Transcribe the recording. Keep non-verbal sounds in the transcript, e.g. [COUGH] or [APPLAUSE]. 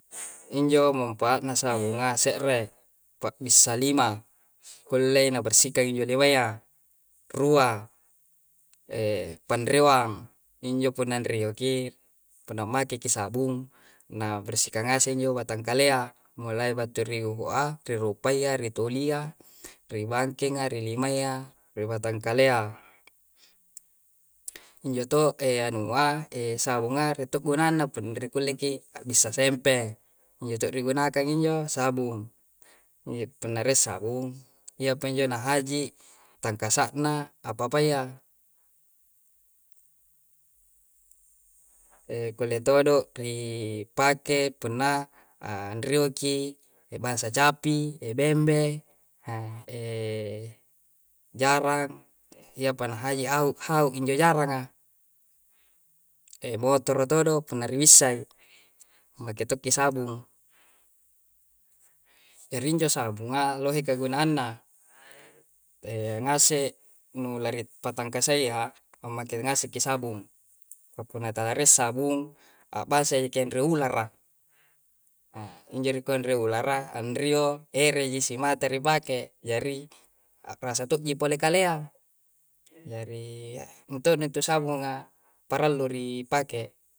Injo mampaa'na sabunga, se're, pabbissa lima. Kulle na bersihkang injo limayya. Rua, [HESITATION] panrioang. Injo punna nrioki, punna mmake ki sabung, na bersihkang ngase injo batang kalea, mulai battu ri uhu'a, ri rupayya, ri tolia, ri bangkenga, ri limayya, ri batang kalea. Injo to' eanua, esabunga, rie' to' gunanna punna rikulle ki abissa sempe. Injo ri gunakang injo. Sabung. Punna rie' sabung, iya pi njo na haji' tangkasa'na apapayya. Ekulle todo' ripake punna anrioki ebansa capi, ebembe, na eh jarang, iyapa na haji' au' hau' injo jaranga. Emotoro todo' punna ribissai, make tokki sabung. Jari injo sabunga, lohe kegunaanna. Engase nu laripatangkasayya, ammake ngase' ki sabung. Ka punna talarie' sabung, abbansa jaki anrio ulara. Hee injo nikua anrio ulara, anrio ere ji simata ripake. Jari a'rasa to'ji pole kalea. Jari mintodo' intu sabunga parallu ri pake.